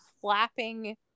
flapping